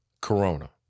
corona